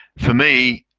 for me,